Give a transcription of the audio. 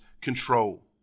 control